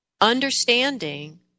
understanding